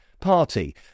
Party